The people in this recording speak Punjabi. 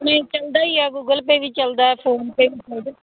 ਆਪਣੇ ਚਲਦਾ ਹੀ ਹੈ ਗੂਗਲ ਪੇ ਵੀ ਚਲਦਾ ਫੋਨਪੇ ਵੀ ਚਲਦਾ